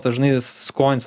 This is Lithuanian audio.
dažnai skonis